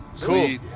Cool